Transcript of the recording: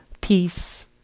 peace